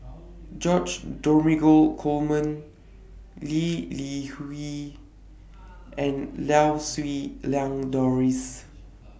George Dromgold Coleman Lee Li Hui and Lau Siew Lang Doris